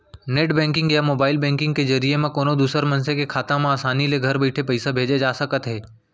net banking या mobile banking के जरिए म कोनों दूसर मनसे के खाता म आसानी ले घर बइठे पइसा भेजे जा सकत हे